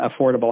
affordable